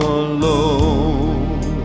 alone